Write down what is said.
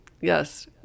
Yes